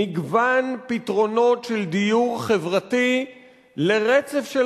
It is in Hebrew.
מגוון פתרונות של דיור חברתי לרצף של